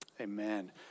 Amen